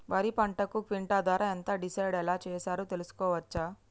వరి పంటకు క్వింటా ధర ఎంత డిసైడ్ ఎలా చేశారు తెలుసుకోవచ్చా?